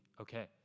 okay